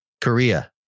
Korea